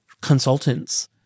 consultants